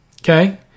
okay